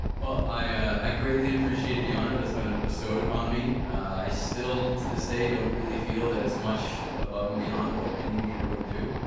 well, i i greatly appreciate the honor that's been a bestowed upon me i still to this day don't really feel that it's much above and beyond what any neighbor would do